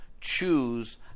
choose